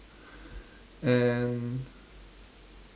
and